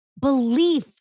Belief